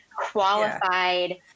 qualified